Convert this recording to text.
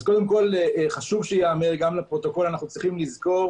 אז חשוב שייאמר, גם לפרוטוקול יש לזכור